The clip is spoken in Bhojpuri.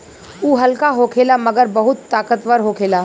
उ हल्का होखेला मगर बहुत ताकतवर होखेला